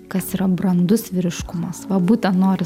kas yra brandus vyriškumas va būtent noriu